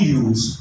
use